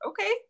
okay